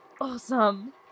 Awesome